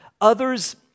Others